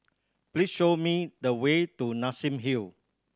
please show me the way to Nassim Hill